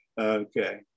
Okay